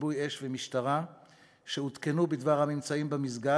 כיבוי אש ומשטרה, אשר עודכנו בדבר הממצאים במסגד.